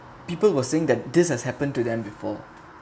people were saying that this has happened to them before